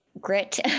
grit